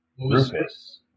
Rufus